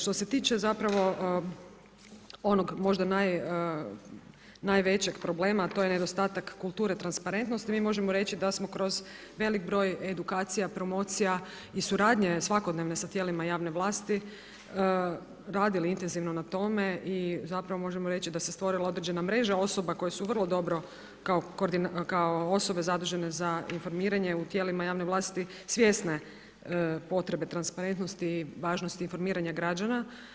Što se tiče zapravo onog možda najvećeg problema a to je nedostatak kulture transparentnosti, mi možemo reći da smo kroz velik broj edukacija, promocija i suradnje svakodnevne sa tijelima javne vlasti radili intenzivno na tome i zapravo možemo reći da se stvorila određena mreža osoba koje su vrlo dobro kao osobe zadužene za informiranje u tijelima javne vlasti svjesne potrebe transparentnosti, važnosti informiranja građana.